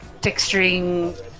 texturing